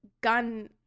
gun